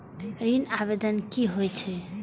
ऋण आवेदन की होय छै?